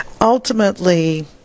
ultimately